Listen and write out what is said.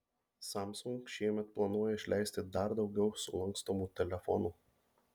samsung šiemet planuoja išleisti dar daugiau sulankstomų telefonų